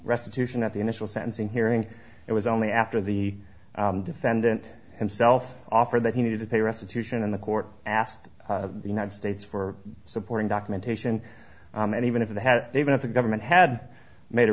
restitution at the initial sentencing hearing it was only after the defendant himself offered that he needed to pay restitution and the court asked the united states for supporting documentation and even if they had even if the government had made a